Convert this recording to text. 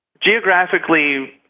geographically